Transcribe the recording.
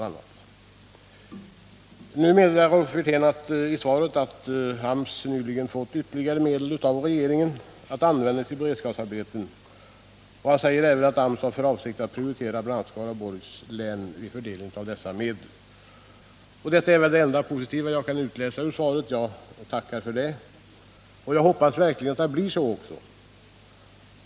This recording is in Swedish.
Nu meddelar Rolf Wirtén i sitt svar att AMS nyligen fått ytterligare medel av regeringen att användas till beredskapsarbeten, och han säger även att AMS har för avsikt att prioritera bl.a. Skaraborgs län vid fördelningen av dessa medel. Detta är väl det enda positiva som jag kan utläsa ur svaret. Jag hoppas verkligen att det blir så.